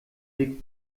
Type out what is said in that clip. liegt